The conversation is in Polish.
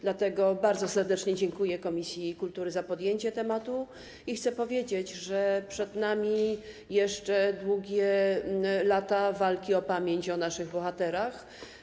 Dlatego bardzo serdecznie dziękuję komisji kultury za podjęcie tematu i chcę powiedzieć, że przed nami jeszcze długie lata walki o pamięć o naszych bohaterach.